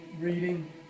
reading